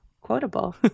quotable